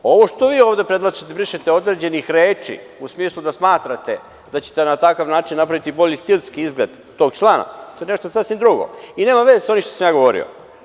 Ovo što vi ovde predlažete brisanje određenih reči, u smislu da smatrate da ćete na takav način napraviti bolji stilski izgled tog člana, to je nešto sasvim drugo i nema veze sa onim što sam ja govorio.